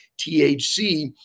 THC